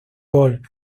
paul